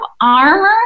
armor